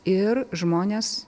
ir žmonės